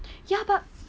ya but